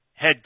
Head